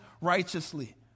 righteously